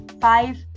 five